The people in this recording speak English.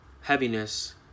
heaviness